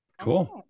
Cool